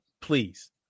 Please